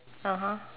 (uh huh)